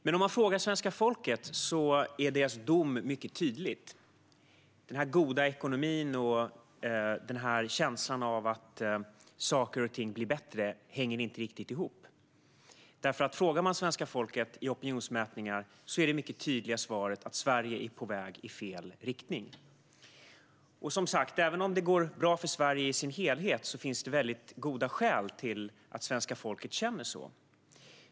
Men om man frågar svenska folket är dess dom mycket tydlig. Den goda ekonomin och känslan av att saker och ting blir bättre hänger inte riktigt ihop. Frågar man svenska folket i opinionsmätningar är det mycket tydliga svaret att Sverige är på väg i fel riktning. Även om det går bra för Sverige som helhet finns det väldigt goda skäl för svenska folket att känna så.